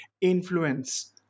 influence